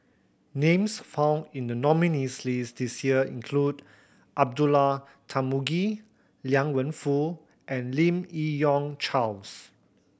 names found in the nominees' list this year include Abdullah Tarmugi Liang Wenfu and Lim Yi Yong Charles